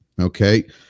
okay